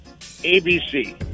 ABC